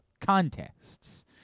contests